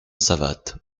savates